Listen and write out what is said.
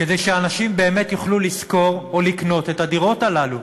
כדי שאנשים באמת יוכלו לשכור או לקנות את הדירות הללו.